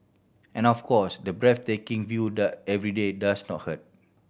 and of course the breathtaking viewed every day does not hurt